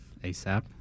ASAP